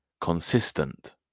Consistent